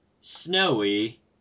snowy